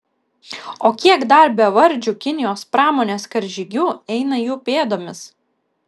o kiek dar bevardžių kinijos pramonės karžygių eina jų pėdomis